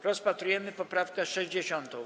Rozpatrujemy poprawkę 60.